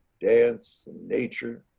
dance, nature,